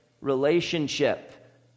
relationship